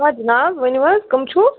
جِناب ؤنِو حظ کٕمۍ چھو